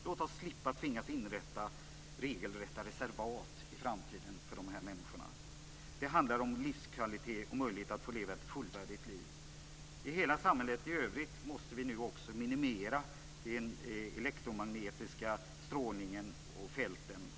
Låt oss slippa tvingas inrätta regelrätta reservat för de här människorna i framtiden. Det handlar om livskvalitet och om möjligheten att få leva ett fullvärdigt liv. I hela samhället i övrigt måste vi nu också minimera den elektromagnetiska strålningen och de elektromagnetiska fälten.